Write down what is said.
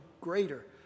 greater